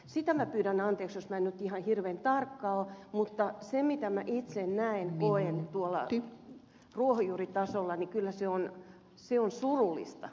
sitä minä pyydän anteeksi jos minä en nyt ihan hirveän tarkka ole mutta kyllä se mitä minä itse näen ja koen tuolla ruohonjuuritasolla on surullista